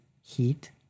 heat